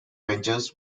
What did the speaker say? ventures